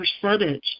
percentage